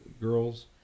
girls